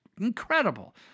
Incredible